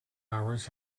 hours